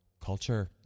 culture